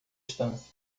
distância